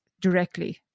directly